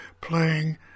playing